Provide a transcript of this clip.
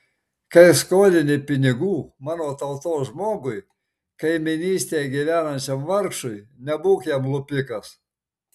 kai skolini pinigų mano tautos žmogui kaimynystėje gyvenančiam vargšui nebūk jam lupikas